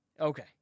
Okay